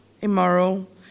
immoral